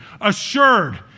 Assured